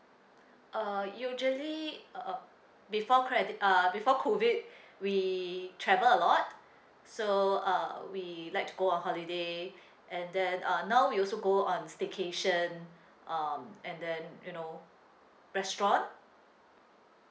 uh usually uh before cred~ uh before COVID we travel a lot so uh we like to go on holiday and then uh now we also go on staycation um and then you know restaurant